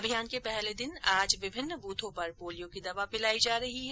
अभियान के पहले दिन आज विभिन्न ब्रथों पर पोलियो की दवा पिलाई जा रही है